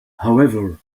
however